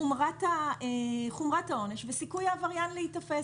חומרת העונש וסיכוי העבריין להיתפס.